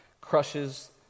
crushes